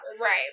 Right